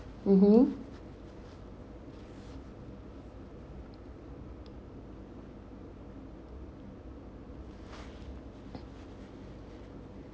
mmhmm